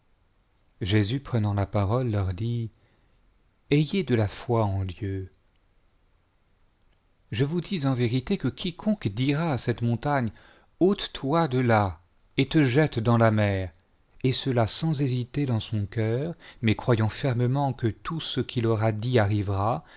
jésus prenant la parole leur dit ayez de la foi en dieu je vous dis en vérité que quiconque dira à cette montagne ote toi de là et te jette dans la mer et cela sans hésiter dans son cœur mais croyant fermement que tout ce qu'il aura dit arrivera